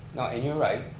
no, and you're right.